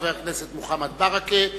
חבר הכנסת מוחמד ברכה,